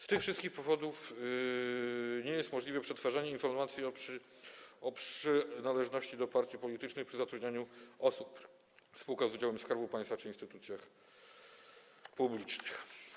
Z tych wszystkich powodów nie jest możliwe przetwarzanie informacji o przynależności do partii politycznych przy zatrudnianiu osób w spółkach z udziałem Skarbu Państwa czy w instytucjach publicznych.